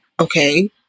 okay